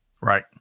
Right